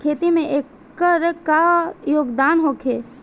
खेती में एकर का योगदान होखे?